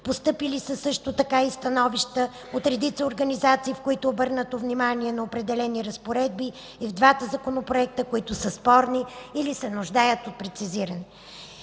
Постъпили са също така и становища от редица организации, в които е обърнато внимание на определени разпоредби и в двата законопроекта, които са спорни или се нуждаят от прецизиране.